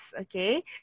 okay